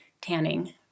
Tanning